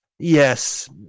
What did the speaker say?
Yes